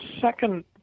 second